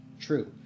True